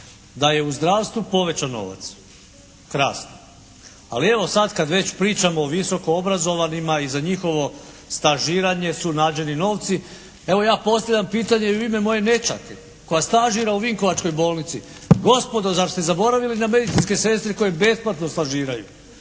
da je u zdravstvu povećan novac. Krasno! Ali evo sad kad već pričamo o visoko obrazovanima i za njihovo stažiranje su nađeni novci, evo ja postavljam pitanje i u ime moje nećake koja stažira u Vinkovačkoj bolnici. Gospodo, zar ste zaboravili na medicinske sestre koje besplatno stažiraju?